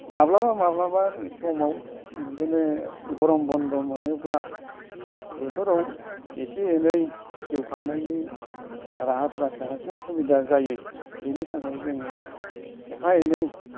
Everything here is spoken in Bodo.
माब्लाबा माब्लाबा समाव बिदिनो गरम बन्द' मोनोब्ला बेफोराव एसे एनै जिउ खांनायनि राहाफोरा जाहाथे सुबिधा जायो बेनि थाखाय जोङो एफा एनै